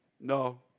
No